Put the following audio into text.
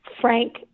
Frank